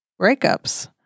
breakups